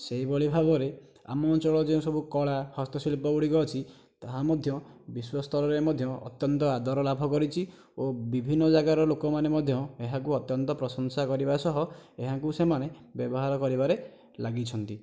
ସେହିଭଳି ଭାବରେ ଆମ ଅଞ୍ଚଳରେ ଯେଉଁସବୁ କଳା ହସ୍ତଶିଳ୍ପୀ ଗୁଡ଼ିକ ଅଛି ତାହା ମଧ୍ୟ ବିଶ୍ୱସ୍ତରରେ ମଧ୍ୟ ଅତ୍ୟନ୍ତ ଆଦର ଲାଭ କରିଛି ଓ ବିଭିନ୍ନ ଜାଗାର ଲୋକମାନେ ମଧ୍ୟ ଏହାକୁ ଅତ୍ୟନ୍ତ ପ୍ରଶଂସା କରିବା ସହ ଏହାକୁ ସେମାନେ ବ୍ୟବହାର କରିବାରେ ଲାଗିଛନ୍ତି